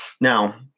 Now